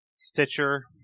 Stitcher